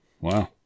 Wow